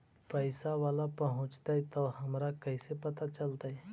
पैसा बाला पहूंचतै तौ हमरा कैसे पता चलतै?